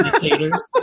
Dictators